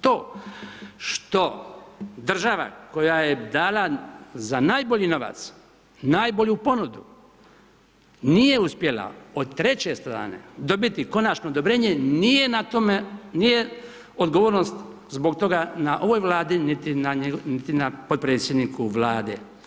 To što država koja je dala za najbolji novac, najbolju ponudu, nije uspjela od treće strane dobiti konačno odobrenje, nije na tome, nije odgovornost zbog toga na ovoj Vladi, niti na potpredsjedniku Vlade.